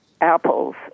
apples